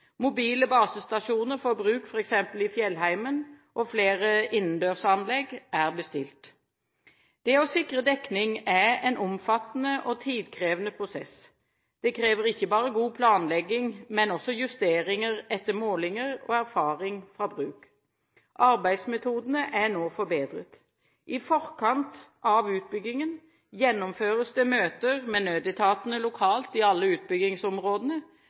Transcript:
Mobile basestasjoner for bruk f.eks. i fjellheimen og flere innendørsanlegg er bestilt. Det å sikre dekning er en omfattende og tidkrevende prosess. Det krever ikke bare god planlegging, men også justeringer etter målinger og erfaring fra bruk. Arbeidsmetodene er nå forbedret: I forkant av utbyggingen gjennomføres det møter med nødetatene lokalt i alle utbyggingsområdene